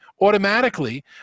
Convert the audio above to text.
automatically